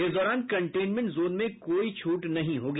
इस दौरान containment zone में कोई छूट नहीं होगी